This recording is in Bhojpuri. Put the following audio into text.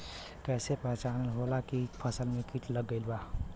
कैसे पहचान होला की फसल में कीट लग गईल बा?